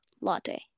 latte